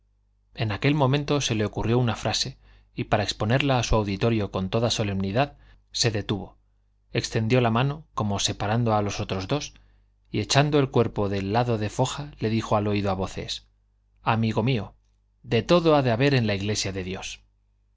en aquel momento se le ocurrió una frase y para exponerla a su auditorio con toda solemnidad se detuvo extendió la mano como separando a los otros dos y echando el cuerpo del lado de foja le dijo al oído a voces amigo mío de todo ha de haber en la iglesia de dios